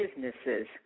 businesses